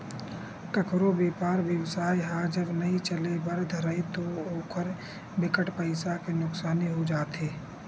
कखरो बेपार बेवसाय ह जब नइ चले बर धरय ता ओखर बिकट पइसा के नुकसानी हो जाथे